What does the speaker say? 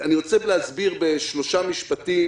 אני רוצה להסביר בשלושה משפטים,